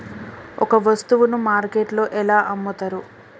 ఒక వస్తువును మార్కెట్లో ఎలా అమ్ముతరు?